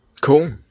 Cool